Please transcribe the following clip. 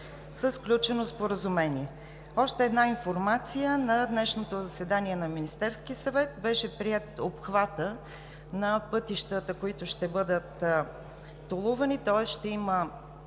със сключено споразумение. Още една информация. На днешното заседание на Министерския съвет беше приет обхватът на пътищата, които ще бъдат толувани, тоест ще има